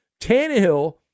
Tannehill